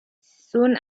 soon